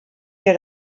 der